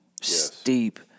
steep